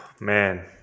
Man